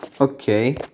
Okay